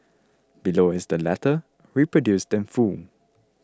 below is the letter reproduced in full